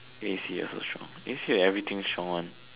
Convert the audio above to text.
A_C also strong A_C like everything strong one